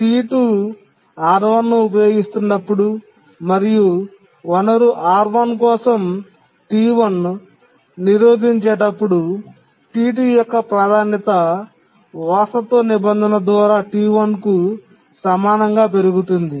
T2 R1 ను ఉపయోగిస్తున్నప్పుడు మరియు వనరు R1 కోసం T1 నిరోధించేటప్పుడు T2 యొక్క ప్రాధాన్యత వారసత్వ నిబంధన ద్వారా T1 కు సమానంగా పెరుగుతుంది